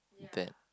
that